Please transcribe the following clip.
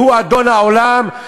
והוא אדון העולם,